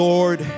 Lord